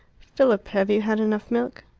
philip, have you had enough milk?